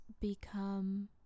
become